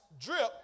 drip